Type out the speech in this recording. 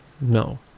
No